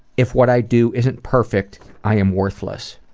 if what i do isn't perfect, i am worthless.